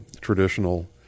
traditional